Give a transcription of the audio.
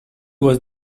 was